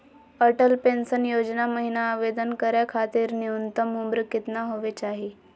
Atal pension Yojana महिना आवेदन करै खातिर न्युनतम उम्र केतना होवे चाही?